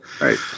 Right